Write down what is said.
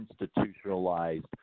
institutionalized